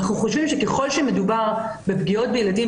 אנחנו חושבים שככל שמדובר בפגיעות בילדים,